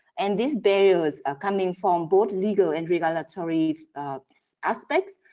and these barriers are coming from both legal and regulatory aspects,